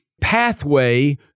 pathway